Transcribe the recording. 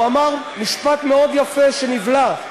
הוא אמר משפט מאוד יפה שנבלע.